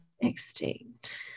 extinct